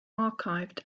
archived